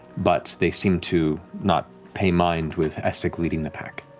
but they seem to not pay mind with essek leading the pack.